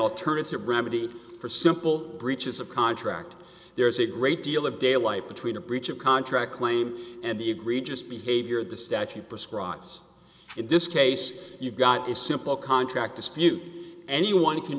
alternative remedy for simple breaches of contract there's a great deal of daylight between a breach of contract claim and the egregious behavior the statute prescribes in this case you've got a simple contract dispute anyone can